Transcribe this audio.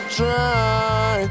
try